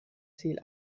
ziel